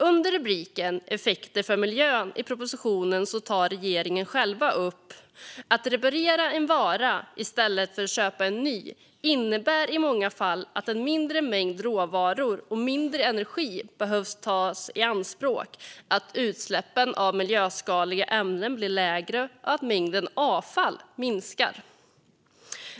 Under rubriken Effekter för miljön tar regeringen själv upp följande i propositionen: "Att reparera en vara i stället för att köpa en ny innebär i många fall att en mindre mängd råvaror och mindre energi behöver tas i anspråk, att utsläppen av miljöskadliga ämnen blir lägre och att mängden avfall minskar."